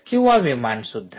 किंवा विमान सुद्धा